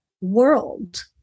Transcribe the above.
world